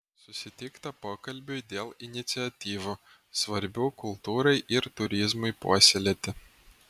susitikta pokalbiui dėl iniciatyvų svarbių kultūrai ir turizmui puoselėti